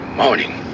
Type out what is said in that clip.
Morning